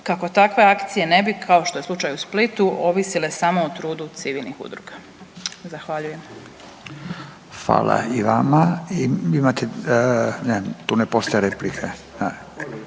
kako takve akcije ne bi kao što je slučaj u Splitu, ovisile samo o trudu civilnih udruga. Zahvaljujem. **Radin, Furio